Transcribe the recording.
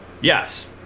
Yes